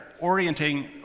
orienting